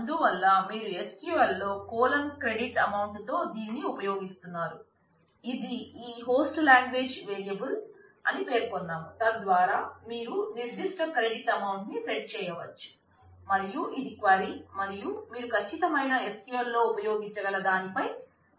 అందువల్ల మీరు SQLలో కోలన్ క్రెడిట్ ఎమౌంట్ సెట్ చేశారు